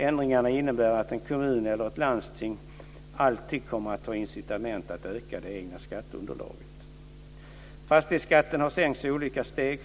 Ändringarna innebär att en kommun eller ett landsting alltid kommer att ha incitament att öka det egna skatteunderlaget. Fastighetsskatten har sänkts i olika steg.